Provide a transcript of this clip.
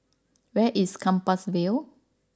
where is Compassvale